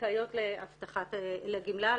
זכאיות לגמלה,